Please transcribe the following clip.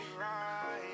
right